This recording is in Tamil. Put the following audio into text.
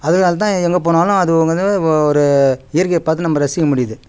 அதனால் தான் எங்கே போனாலும் அது ஒரு ஒரு இயற்கையை பார்த்து நம்ம ரசிக்க முடியுது